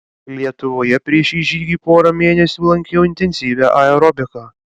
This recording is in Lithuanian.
lietuvoje prieš šį žygį porą mėnesių lankiau intensyvią aerobiką